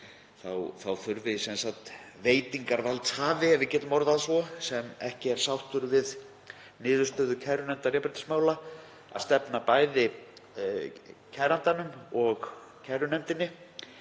Þá þurfi veitingarvaldshafi, ef við getum orðað það svo, sem ekki er sáttur við niðurstöðu kærunefndar jafnréttismála að stefna bæði kærandanum og kærunefndinni.